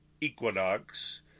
equinox